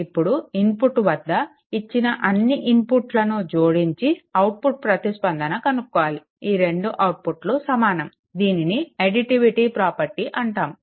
ఇప్పుడు ఇన్పుట్ వద్ద ఇచ్చిన అన్నీ ఇన్పుట్లని జోడించి అవుట్పుట్ ప్రతిస్పందన కనుక్కోవాలి ఈ రెండు అవుట్పుట్లు సమానం దీనిని అడిటివిటీ ప్రాపర్టీ అంటాము